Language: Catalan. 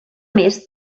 més